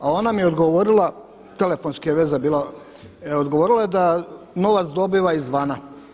A ona mi je odgovorila, telefonski je veza bila, odgovorila je da novac dobiva izvana.